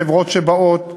ויש חברות שבאות,